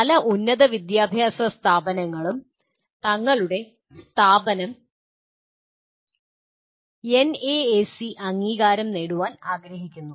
പല ഉന്നത വിദ്യാഭ്യാസ സ്ഥാപനങ്ങളും തങ്ങളുടെ സ്ഥാപനം എൻഎഎസി അംഗീകാരം നേടാൻ ആഗ്രഹിക്കുന്നു